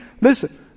Listen